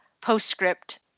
postscript